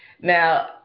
Now